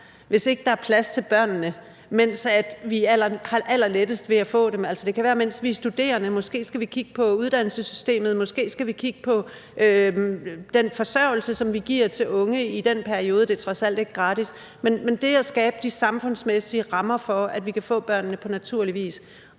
hvis ikke der er plads til børnene i den periode, hvor vi har allerlettest ved at få dem? Altså, det kan være, mens vi er studerende. Måske skal vi kigge på uddannelsessystemet. Måske skal vi kigge på den forsørgelse, som vi giver til unge i den periode; det er trods alt ikke gratis. Men det at skabe de samfundsmæssige rammer for, at vi kan få børnene på naturlig vis,